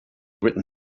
written